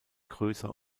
größer